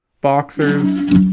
Boxers